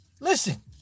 Listen